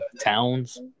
towns